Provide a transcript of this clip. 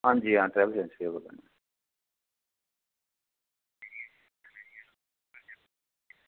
आं जी आं ट्रैवल एजेंसी दा बोल्ला नै आं